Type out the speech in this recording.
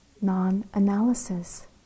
non-analysis